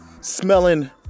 Smelling